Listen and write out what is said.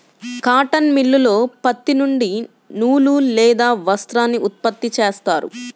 cotton మిల్లులో పత్తి నుండి నూలు లేదా వస్త్రాన్ని ఉత్పత్తి చేస్తారు